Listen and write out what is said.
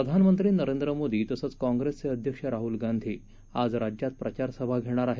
प्रधानमंत्री नरेंद्र मोदी तसंच काँप्रेसचे अध्यक्ष राहुल गांधी आज राज्यात प्रचारसभा घेणार आहेत